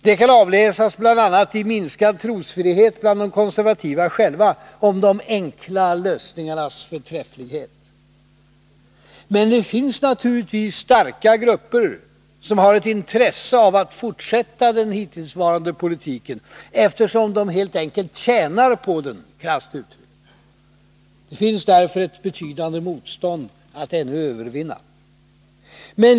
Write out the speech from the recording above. Det kan avläsas bl.a. i minskad trosvisshet bland de konservativa själva om de enkla lösningarnas förträfflighet. Men det finns naturligtvis starka grupper som har ett intresse av att fortsätta den hittillsvarande politiken, eftersom de helt enkelt tjänar på den, krasst uttryckt. Det finns därför ännu ett betydande motstånd att övervinna.